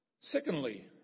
Secondly